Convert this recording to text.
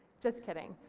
just kidding.